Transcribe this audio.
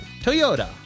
Toyota